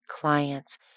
clients